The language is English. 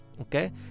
okay